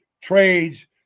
trades